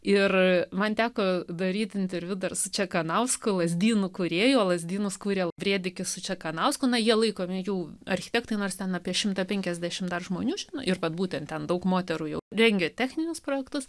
ir man teko daryti interviu dar su čekanausku lazdynų kūrėjo lazdynus kūrė brėdikis su čekanausku na jie laikomi jų architektai nors ten apie šimtas penkiasdešim dar žmonių žino ir mat būtent ten daug moterų jau rengia techninius projektus